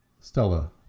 Stella